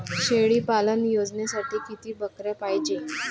शेळी पालन योजनेसाठी किती बकऱ्या पायजे?